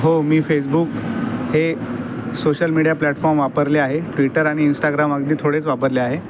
हो मी फेसबुक हे सोशल मिडीया प्लॅटफॉर्म वापरले आहे ट्विटर आणि इन्स्टाग्राम अगदी थोडेच वापरले आहे